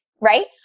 Right